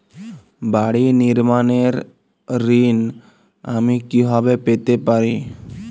বাড়ি নির্মাণের ঋণ আমি কিভাবে পেতে পারি?